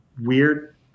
weird